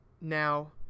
Now